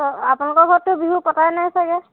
আপোনালোকৰ ঘৰততো বিহু পতাই নাই চাগে